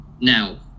Now